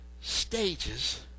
stages